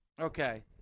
Okay